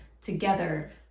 together